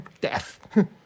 Death